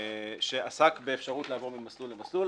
שעסק באפשרות לעבור ממסלול למסלול,